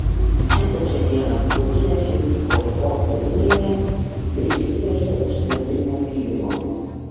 sekančią dieną kautynės jau vyko fortų linijoje ir įsiveržė už centrinio pylimo